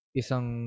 isang